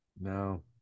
No